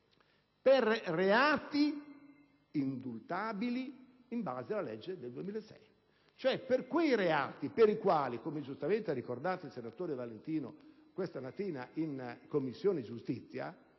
per reati indultabili in base alla legge del 2006? Si tratta di quei reati per i quali, come giustamente ha ricordato il senatore Valentino questa mattina in Commissione giustizia,